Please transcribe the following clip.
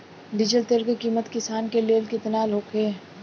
Diesel तेल के किमत किसान के लेल केतना होखे?